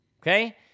okay